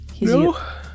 No